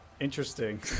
Interesting